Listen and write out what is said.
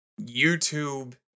YouTube